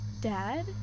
Dad